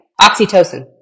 oxytocin